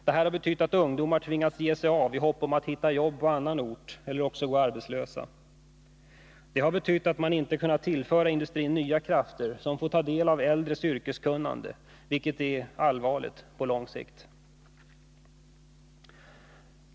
Detta har betytt att ungdomar har tvingats ge sig av för att hitta jobb på annan ort eller har fått gå arbetslösa. Det har betytt att man inte kunnat tillföra industrin nya krafter, som får ta del av de äldres yrkeskunnande, och det är på lång sikt en allvarlig utveckling.